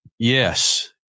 Yes